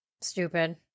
Stupid